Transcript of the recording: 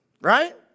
right